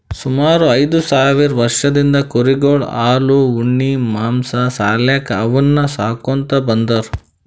ಸುಮಾರ್ ಐದ್ ಸಾವಿರ್ ವರ್ಷದಿಂದ್ ಕುರಿಗೊಳ್ ಹಾಲ್ ಉಣ್ಣಿ ಮಾಂಸಾ ಸಾಲ್ಯಾಕ್ ಅವನ್ನ್ ಸಾಕೋತ್ ಬಂದಾರ್